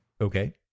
Okay